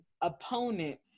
opponent